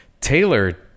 Taylor